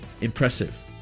impressive